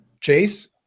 Chase